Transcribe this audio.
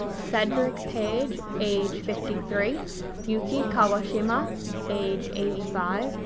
cedric page age fifty three yuki kawashima age eighty five,